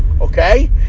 okay